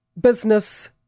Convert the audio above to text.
business